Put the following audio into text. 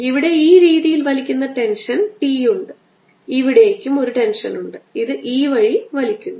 ഇവിടെ ഈ രീതിയിൽ വലിക്കുന്ന ടെൻഷൻ T ഉണ്ട് ഇവിടേക്കും ഒരു ടെൻഷൻ ഉണ്ട് ഇത് ഈ വഴി വലിക്കുന്നു